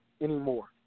anymore